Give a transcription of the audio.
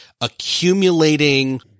accumulating